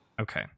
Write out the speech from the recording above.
Okay